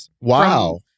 Wow